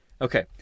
Okay